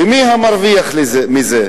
ומי המרוויח מזה.